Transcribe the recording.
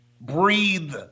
breathe